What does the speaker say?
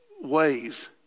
ways